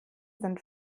sind